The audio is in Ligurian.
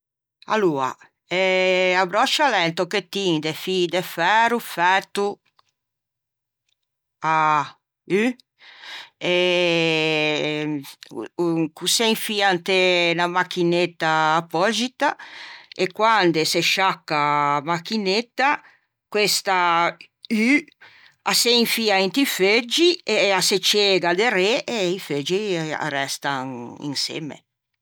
Aloa eh a bròscia a l'é un tocchettin de fî de færo fæto à u e ch'o se infia inte unna machinetta appòxita e quande se sciacca a machinetta, questa u a se infia inti feuggi e a se ceiga derê e i feuggi arrestan insemme.